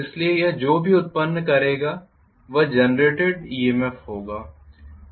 इसलिए यह जो भी उत्पन्न करेगा वह जेनरेटेड ईएमएफ होगा